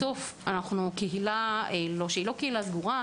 בסוף אנחנו קהילה שאינה סגורה,